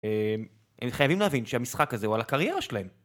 הם חייבים להבין שהמשחק הזה הוא על הקריירה שלהם.